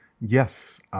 Yes